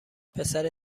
پسر